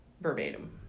verbatim